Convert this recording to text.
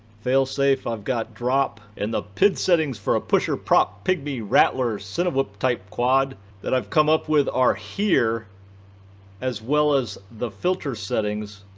fail safe i've got drop. and the pid settings for a pusher prop pygmy rattler cinewhoop type quad that i've come up with are here as well as the filter settings